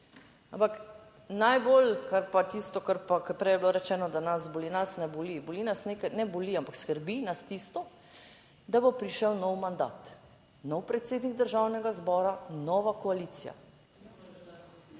Ampak najbolj kar pa, tisto kar pa, ker prej je bilo rečeno, da nas boli, nas ne boli, boli nas nekaj, ne boli, ampak skrbi nas tisto, da bo prišel nov mandat: nov predsednik Državnega zbora, nova koalicija,